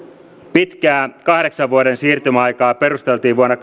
pitkää kahdeksan vuoden siirtymäaikaa perusteltiin vuonna